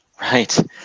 Right